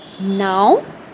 now